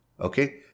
okay